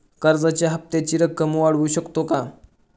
कर्जाच्या हप्त्याची रक्कम वाढवू शकतो का?